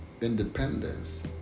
independence